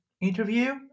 interview